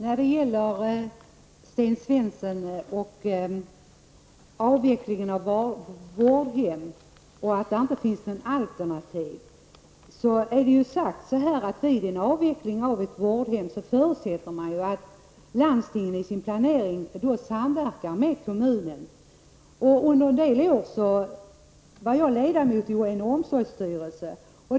Fru talman! Sten Svensson talade om avvecklingen av vårdhem och sade att det inte fanns några alternativ. Vid en avveckling av ett vårdhem förutsätter man att landstinget i sin planering samverkar med kommunen. Under några år var jag ledamot i en omsorgsstyrelse.